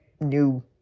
new